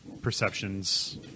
perceptions